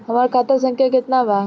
हमार खाता संख्या केतना बा?